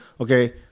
okay